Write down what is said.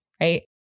Right